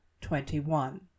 twenty-one